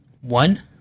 One